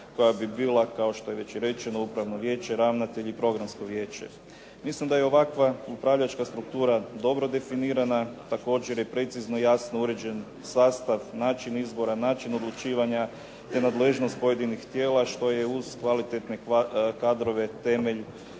koja bi bila kao što je već i rečeno upravno vijeće, ravnatelj i programsko vijeće. Mislim da je ovakva upravljačka struktura dobro definirana. Također je precizno i jasno uređen sastav, način izbora, način odlučivanja, te nadležnost pojedinih tijela što je uz kvalitetne kadrove temelj